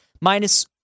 Minus